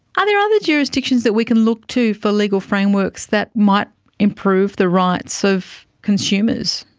are there other jurisdictions that we can look to for legal frameworks that might improve the rights of consumers?